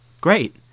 Great